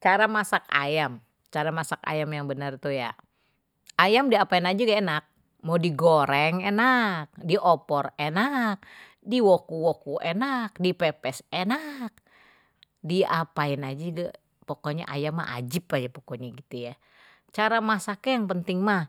Cara masak yam cara masak ayam yang benar tuh ya ayam diapain aja deh enak mau digoreng enak di opor enak di woku-woku enak dipepes enak di apain aje pokoknye ayam ajib aje pokoknye ye, cara masaknya yang penting mah